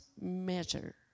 measure